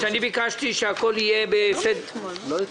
אני מבקש שכולם יקבלו את החוברת הזאת.